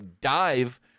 dive